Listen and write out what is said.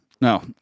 No